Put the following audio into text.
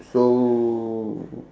so